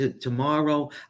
tomorrow